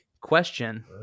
question